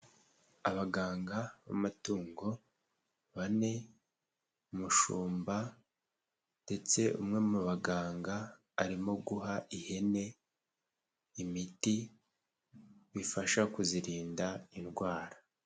Abaganga b'amatungo bane umushumba ndetse umwe mu baganga arimo guha ihene imiti bifasha kuzirinda indwara.